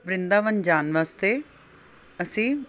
ਬ੍ਰਿੰਦਾਵਨ ਜਾਣ ਵਾਸਤੇ ਅਸੀਂ